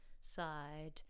side